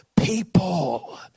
People